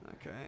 okay